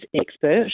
expert